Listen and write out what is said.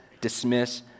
dismiss